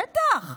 בטח.